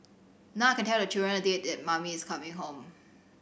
now I can tell the children a date that mummy is coming home